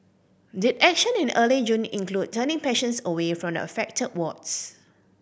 did action in early June include turning patients away from the affected wards